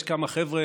יש כמה חבר'ה,